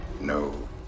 No